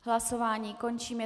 Hlasování končím.